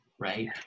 right